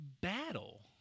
battle